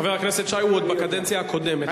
חבר הכנסת שי, עוד בקדנציה הקודמת.